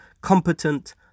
competent